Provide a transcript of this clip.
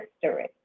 history